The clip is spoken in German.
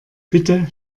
bitte